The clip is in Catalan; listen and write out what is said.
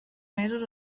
mesos